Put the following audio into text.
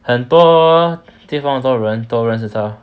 很多地方的人都认识它